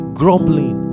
grumbling